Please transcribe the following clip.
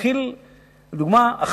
נתחיל בדוגמה אחת,